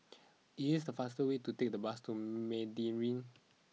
is it the faster way to take the bus to Meridian